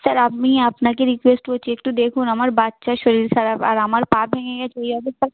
sir আমি আপনাকে request করছি একটু দেখুন আমার বাচ্চার শরীর খারাপ আর আমার পা ভেঙে গেছে এই অবস্থায়